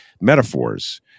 metaphors